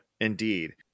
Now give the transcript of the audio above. indeed